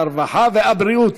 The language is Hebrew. הרווחה והבריאות.